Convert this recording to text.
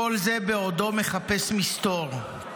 כל זה בעודו מחפש מסתור.